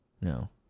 No